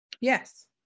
yes